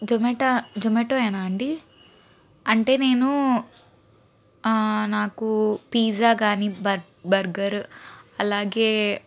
Zomato జొమాటోయేనా అండి అంటే నేను నాకు పిజ్జా కానీ బ బర్గర్ అలాగే